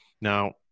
Now